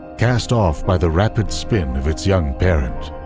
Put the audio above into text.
cast off by the rapid spin of its young parent.